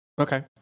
Okay